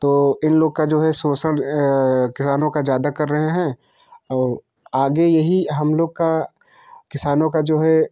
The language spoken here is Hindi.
तो इन लोग का शोषण किसानों का ज़्यादा कर रहे हैं और आगे यही हम लोग का किसानों का जो है